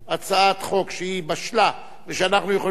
חוק שהיא בשלה ושאנחנו יכולים להצביע עליה,